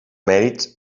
mèrits